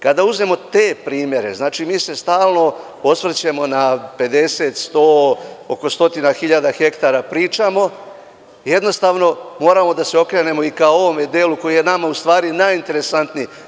Kada uzmemo te primere, znači mi se stalno osvrćemo na 50, 100, oko stotina hiljada hektara pričamo, jednostavno, moramo da se okrenemo i ka ovome delu koji je nama u stvari najinteresantniji.